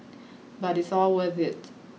but it's all worth it